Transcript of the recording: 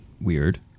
weird